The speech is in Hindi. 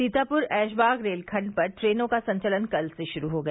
सीतापुर ऐशबाग रेलखंड पर ट्रेनों का संचलन कल से शुरू हो गया